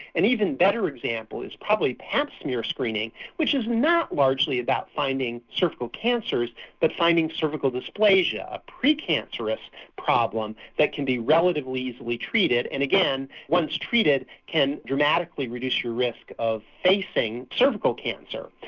an even better example is probably pap smear screening which is not largely about finding cervical cancers but finding cervical dysplasia, a pre-cancerous problem that can be relatively easily treated. and again, once treated can dramatically reduce your risk of facing cervical cancer.